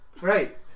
right